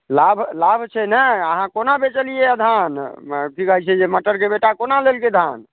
लाभ लाभ छै ने अहाँ कोना बेचलियै यऽ धान की कहैत छै जे मटरके बेटा कोना लेलकै धान